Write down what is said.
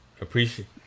appreciate